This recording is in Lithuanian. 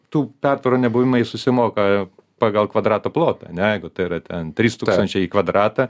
tų pertvarų nebuvimą jie susimoka pagal kvadrato plotą ane jeigu tai yra ten trys tūkstančiai į kvadratą